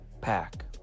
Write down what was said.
pack